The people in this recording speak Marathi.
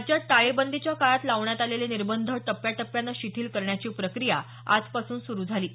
राज्यात टाळेबंदीच्या काळात लावण्यात आलेले निर्बंध टप्प्याटप्प्याने शिथिल करण्याची प्रक्रिया आजपासून सुरू झाली आहे